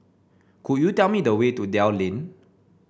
could you tell me the way to Dell Lane